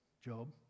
Job